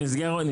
אני